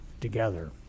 together